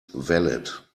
valid